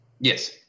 Yes